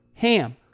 HAM